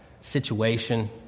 situation